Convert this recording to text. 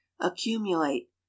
accumulate